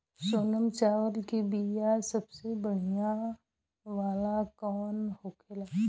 सोनम चावल के बीया सबसे बढ़िया वाला कौन होखेला?